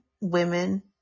women